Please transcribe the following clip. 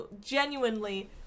genuinely